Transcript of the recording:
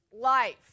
life